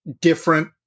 different